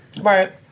Right